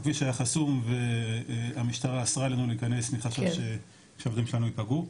הכביש היה חסום והמשטרה אסרה עלינו להיכנס מחשש שהעובדים שלנו ייפגעו,